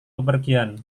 bepergian